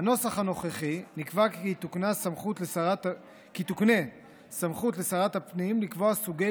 בנוסח הנוכחי נקבע כי תוקנה סמכות לשרת הפנים לקבוע סוגי